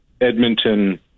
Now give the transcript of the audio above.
Edmonton